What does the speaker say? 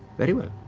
very well.